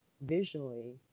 visually